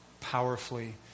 powerfully